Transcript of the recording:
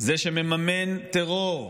זה שמממן טרור,